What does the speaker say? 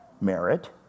merit